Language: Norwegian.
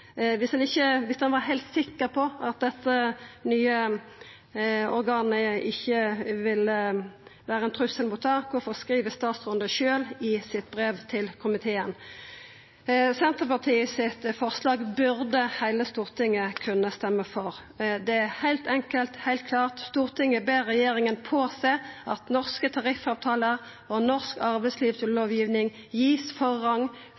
Viss ein var heilt sikker på at det nye organet ikkje ville vera ein trussel mot det, kvifor skriv statsråden det sjølv i sitt brev til komiteen? Forslaget frå Senterpartiet burde heile Stortinget kunna stemma for. Det er heilt enkelt, heilt klart: «Stortinget ber regjeringen påse at norske tariffavtaler og norsk arbeidslivslovgivning gis forrang